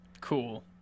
Cool